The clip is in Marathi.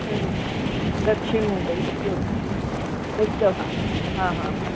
दक्षिण मुंबई ओके ओके आ उच्च हां हां हां हां